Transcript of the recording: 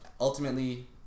ultimately